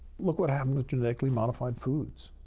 look what happened with genetically modified foods.